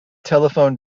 telephone